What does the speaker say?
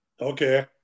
Okay